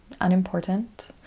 unimportant